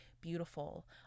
beautiful